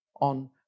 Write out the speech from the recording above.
on